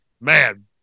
man